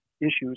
issues